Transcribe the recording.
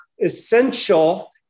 essential